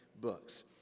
books